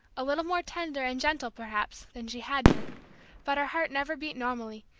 a little more tender and gentle perhaps than she had been but her heart never beat normally,